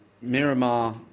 Miramar